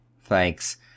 Thanks